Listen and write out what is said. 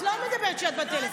את לא מדברת כשאת בטלפון.